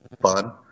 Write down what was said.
fun